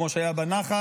כמו שהיה בנח"ל,